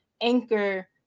anchor